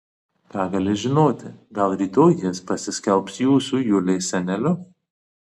ką gali žinoti gal rytoj jis pasiskelbs jūsų julės seneliu